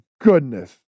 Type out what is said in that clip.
goodness